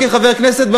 כחבר כנסת,